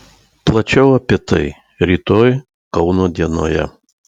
plačiau apie tai rytoj kauno dienoje